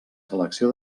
selecció